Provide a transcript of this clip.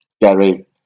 Gary